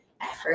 effort